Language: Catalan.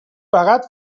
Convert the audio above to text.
pagat